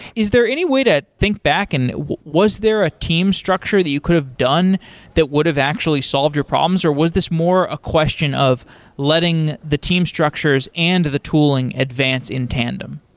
is there any way to think back and was there a team structure that you could have done that would have actually solved your problems, or was this more a question of letting the team structures and the tooling advance in tandem?